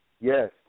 Yes